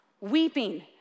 weeping